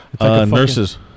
Nurses